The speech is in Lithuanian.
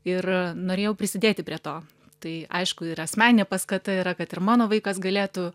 ir norėjau prisidėti prie to tai aišku ir asmeninė paskata yra kad ir mano vaikas galėtų